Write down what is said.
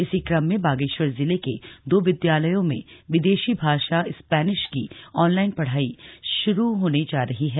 इसी क्रम में बागेश्वर जिले के दो विद्यालयों में विदेशी भाषा स्पैनिश की ऑनलाइन पढ़ाई शुरू होने जा रही है